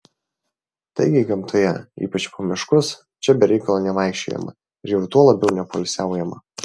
taigi gamtoje ypač po miškus čia be reikalo nevaikščiojama ir jau tuo labiau nepoilsiaujama